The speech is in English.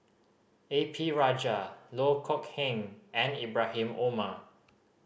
A P Rajah Loh Kok Heng and Ibrahim Omar